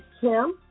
Kim